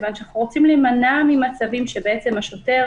כיוון שאנחנו רוצים להימנע ממצבים שבעצם השוטר